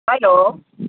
hello